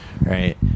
right